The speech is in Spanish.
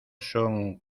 son